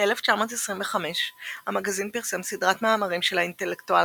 ב-1925 המגזין פרסם סדרת מאמרים של האינטלקטואל